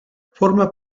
forma